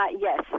Yes